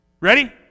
Ready